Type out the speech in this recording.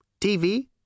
TV